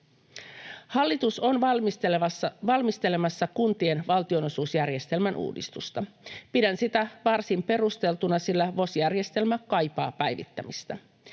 Hallitus on valmistelemassa kuntien valtionosuusjärjestelmän uudistusta. Pidän sitä varsin perusteltuna, sillä VOS-järjestelmä kaipaa päivittämistä.